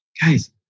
Guys